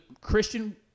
Christian